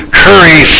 curry